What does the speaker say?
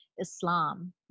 Islam